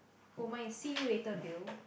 oh my see you later bill